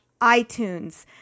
iTunes